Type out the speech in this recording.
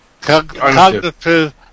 cognitive